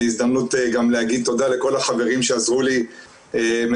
זה הזדמנות גם להגיד תודה לכל החברים שעזרו לי מהסיירות,